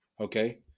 Okay